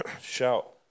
shout